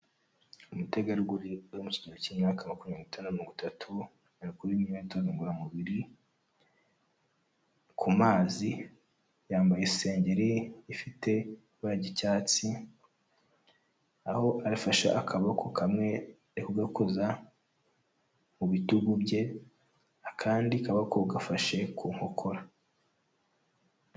Umutegarugori uri mu kigero cy'imyaka makumyabiri n'itanu na mirongo itatu ari gukora imyitozo ngororamubiri ku mazi, yambaye isengeri ifite ibara ry'icyatsi, aho afashe akaboko kamwe ari kugakoza mu bitugu bye, akandi kaboko gafashe ku nkokora.